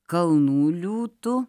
kalnų liūtu